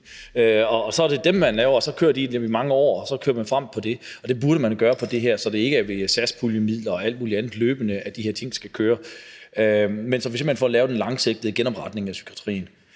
og så er det dem, man laver, og så kører de i mange år, og så kører man fremad på den måde. Det burde man gøre på det her område, så det ikke er via satspuljemidler og alt muligt andet midlertidigt, de her ting skal køre, men så vi simpelt hen får lavet en langsigtet genopretning af psykiatrien.